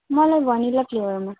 मलाई भेनिल्ला फ्लेबरमा